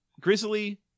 grizzly